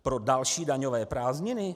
Pro další daňové prázdniny?